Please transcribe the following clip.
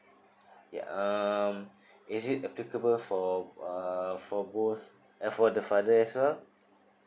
ya uh is it applicable for uh for both uh for the father as well